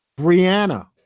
brianna